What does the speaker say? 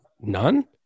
none